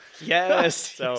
Yes